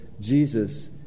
Jesus